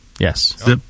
Yes